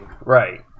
Right